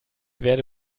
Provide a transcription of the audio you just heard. werde